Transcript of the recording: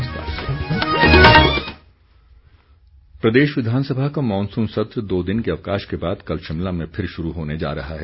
विधानसभा सत्र प्रदेश विधानसभा का मॉनसून सत्र दो दिन के अवकाश के बाद कल शिमला में फिर शुरू होने जा रहा है